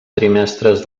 trimestres